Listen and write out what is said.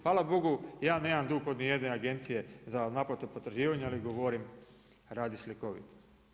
Hvala Bogu, ja nemam dug od nijedne agencije za naplatu potraživanja ali govorim radi slikovito.